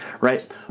right